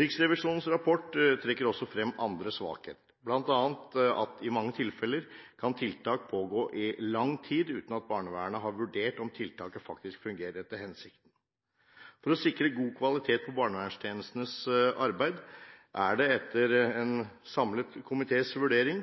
Riksrevisjonens rapport trekker også frem andre svakheter, bl.a. at det i mange tilfeller kan pågå tiltak i lang tid uten at barnevernet har vurdert om tiltaket faktisk fungerer etter hensikten. For å sikre god kvalitet på barnevernstjenestenes arbeid er det – etter en samlet komités vurdering